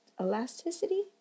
elasticity